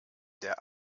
der